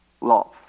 love